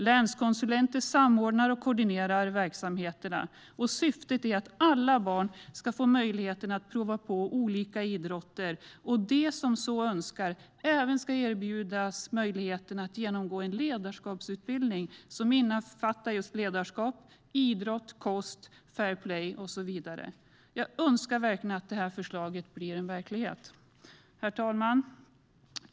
Länskonsulenter samordnar och koordinerar verksamheterna. Syftet är att alla barn ska få möjligheten att prova på olika idrotter. De som så önskar ska även erbjudas möjligheten att genomgå en ledarutbildning som innefattar ledarskap, idrott, kost, fair play och så vidare. Jag önskar verkligen att det här förslaget blir verklighet! Herr talman!